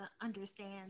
understand